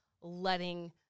letting